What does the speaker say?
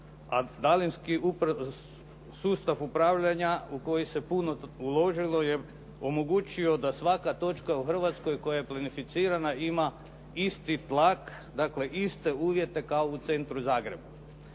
a daljinski sustav upravljanja u koji se puno uložilo je omogućio da svaka točka u Hrvatskoj koja je plinificirana ima isti tlak, dakle iste uvjete kao u centru Zagreb.